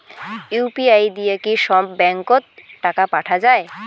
UPI দিয়া কি সব ব্যাংক ওত টাকা পাঠা যায়?